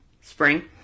spring